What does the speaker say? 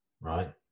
Right